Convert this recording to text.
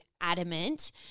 adamant